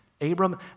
Abram